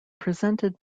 presented